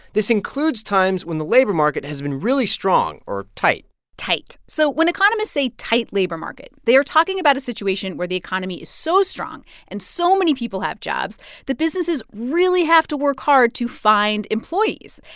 this includes times when the labor market has been really strong or tight tight. so when economists say tight labor market, they are talking about a situation where the economy is so strong and so many people have jobs that businesses really have to work hard to find employees.